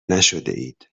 نشدهاید